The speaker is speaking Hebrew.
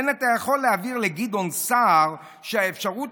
בנט היה יכול להבהיר לגדעון סער שהאפשרות